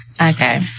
Okay